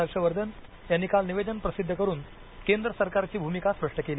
हर्ष वर्धन यांनी काल निवेदन प्रसिद्ध करून केंद्र सरकारची भूमिका स्पष्ट केली